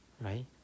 right